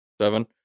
Seven